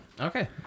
Okay